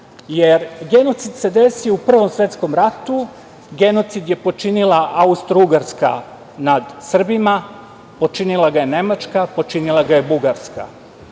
jer genocid se desio u Prvom svetskom ratu. Genocid je počinila Austro-ugarska nad Srbima, počinila ga je Nemačka, počinila ga je Bugarska,